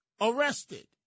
arrested